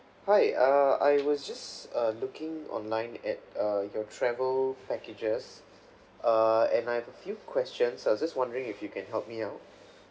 hi err I was just uh looking online at uh your travel packages err and I've a few questions I was just wondering if you can help me out